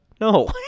No